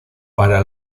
para